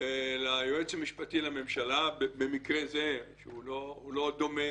ליועץ המשפטי לממשלה במקרה זה, שהוא לא דומה,